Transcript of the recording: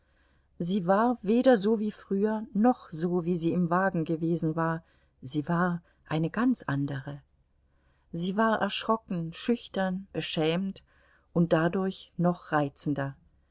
sie war weder so wie früher noch so wie sie im wagen gewesen war sie war eine ganz andere sie war erschrocken schüchtern beschämt und dadurch noch reizender